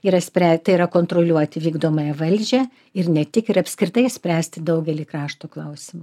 yra sprę tai yra kontroliuoti vykdomąją valdžią ir ne tik ir apskritai spręsti daugelį krašto klausimų